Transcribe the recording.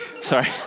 sorry